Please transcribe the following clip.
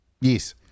Yes